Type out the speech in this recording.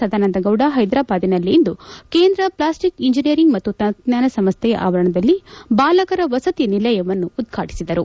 ಸದಾನಂದಗೌಡ ಹೈದರಾಬಾದ್ನಲ್ಲಂದು ಕೇಂದ್ರ ಪ್ಲಾಟ್ಟಿಕ್ ಇಂಜಿನಿಯಲಿಂಗ್ ಮತ್ತು ತಂತ್ರಜ್ಞಾನ ಸಂಸ್ಥೆಯ ಸಿಪೆವ್ ಆವರಣದಲ್ಲ ಬಾಲಕರ ವಸತಿ ನಿಲಯವನ್ನು ಉದ್ಘಾಣಿಸಿದರು